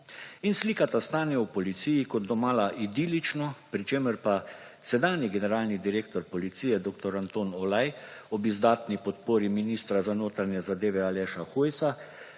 in slikata stanje v policiji kot domala idilično, pri čemer pa sedanji generalni direktor policije dr. Anton Olaj ob izdatni podpori ministra za notranje zadeve Aleša Hojsa